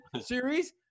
series